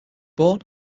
born